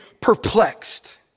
perplexed